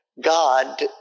God